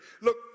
Look